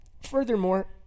Furthermore